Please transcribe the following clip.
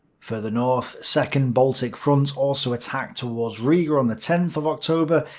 further north, second baltic front also attacked towards riga on the tenth of october,